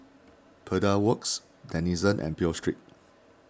Pedal Works Denizen and Pho Street